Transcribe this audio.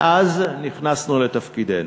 מאז נכנסנו לתפקידנו,